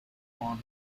want